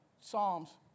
Psalms